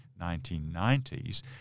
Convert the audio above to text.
1990s